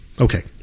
Okay